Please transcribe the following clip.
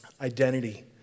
identity